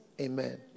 Amen